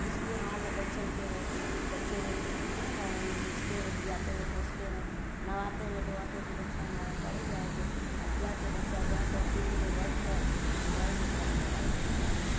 उसी हाल बच्चन के है बच्चों लोगन के कितना बूसते हैं पियाते हैं पोसते हैं नहवाते हैं धोवाते हैं कि बच्चा हमारा पढ़े जाएँगे अब क्या कि बच्चा जाकर फील्ड में बैठकर मोबाइल लेकर मोबाइल देख रहे हैं